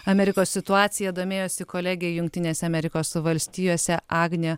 amerikos situacija domėjosi kolegė jungtinėse amerikos valstijose agnė